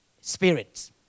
spirits